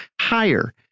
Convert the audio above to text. higher